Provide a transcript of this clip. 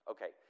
Okay